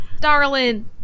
darling